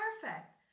perfect